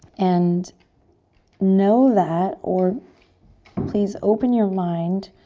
and know that, or please open your mind